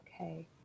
Okay